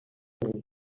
femení